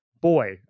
boy